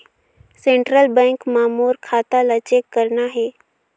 Central bank मां मोर खाता ला चेक करना हे?